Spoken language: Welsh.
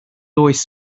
oes